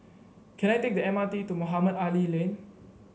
can I take the M R T to Mohamed Ali Lane